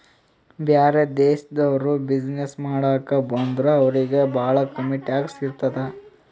ಬ್ಯಾರೆ ದೇಶನವ್ರು ಬಿಸಿನ್ನೆಸ್ ಮಾಡಾಕ ಬಂದುರ್ ಅವ್ರಿಗ ಭಾಳ ಕಮ್ಮಿ ಟ್ಯಾಕ್ಸ್ ಇರ್ತುದ್